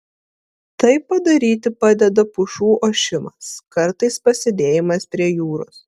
tai padaryti padeda pušų ošimas kartais pasėdėjimas prie jūros